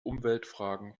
umweltfragen